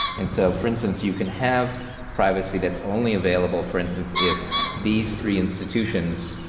and so, for instance, you can have privacy that's only available, for instance, if these three institutions,